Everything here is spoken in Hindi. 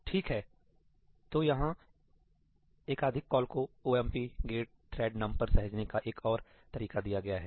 ठीक हैतो यहाँ एकाधिक कॉल को 'omp get thread num' पर सहेजने का एक और तरीका दिया गया है